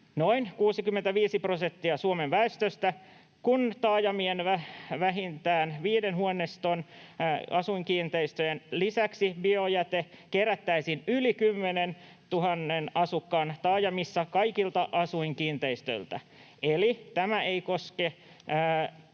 noin 65 prosenttia Suomen väestöstä, kun taajamien vähintään viiden huoneiston asuinkiinteistöjen lisäksi biojäte kerättäisiin yli 10 000 asukkaan taajamissa kaikilta asuinkiinteistöiltä.” Eli tämä ei koske